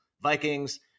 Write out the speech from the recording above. Vikings